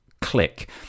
click